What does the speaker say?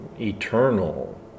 eternal